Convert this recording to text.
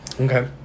Okay